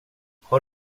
har